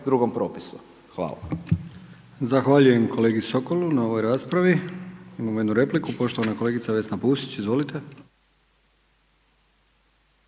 **Brkić, Milijan (HDZ)** Zahvaljujem kolegi Sokolu na ovoj raspravi. Imamo jednu repliku. Poštovana kolegica Vesna Pusić, izvolite.